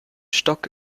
stock